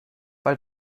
weil